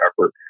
effort